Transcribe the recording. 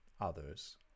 others